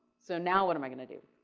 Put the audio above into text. so now what i'm i'm going to do?